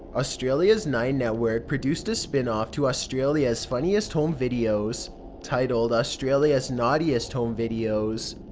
australia's nine network produced a spin off to australia's funniest home videos title australia's naughtiest home videos.